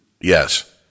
Yes